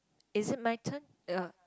is it my turn uh